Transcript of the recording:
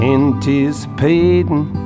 Anticipating